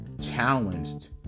challenged